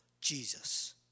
Jesus